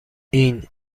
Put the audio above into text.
این